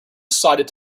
decided